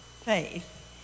faith